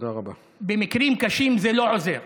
במקרים קשים זה לא עוזר.